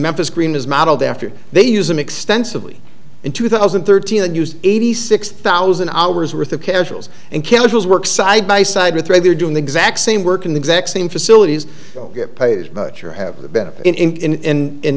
memphis green is modeled after they use them extensively in two thousand and thirteen and use eighty six thousand hours worth of casuals and chemicals work side by side with regular doing the exact same work in the exact same facilities get paid as much or have a